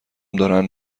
دارن